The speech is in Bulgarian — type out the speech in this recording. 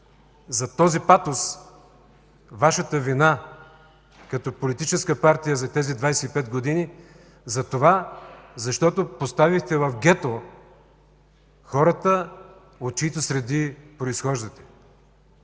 зад този патос Вашата вина като политическа партия за тези 25 години, затова защото поставихте в гето хората от чиито среди произхождате.